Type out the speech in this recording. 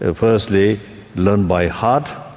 and firstly learned by heart.